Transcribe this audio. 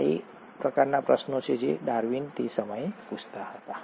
આ તે પ્રકારના પ્રશ્નો છે જે ડાર્વિન તે સમયે પૂછતા હતા